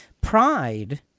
Pride